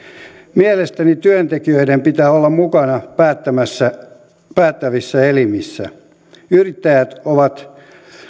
mielestäni työntekijöiden pitää olla mukana päättävissä päättävissä elimissä yrittäjät ovat